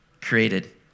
created